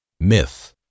Myth